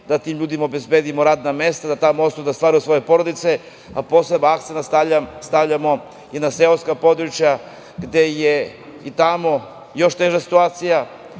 da tim ljudima obezbedimo radna mesta, da tamo ostanu da stvaraju svoje porodice. Poseban akcenat stavljamo i na seoska područja, gde je još teža situacija.